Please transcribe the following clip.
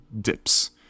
dips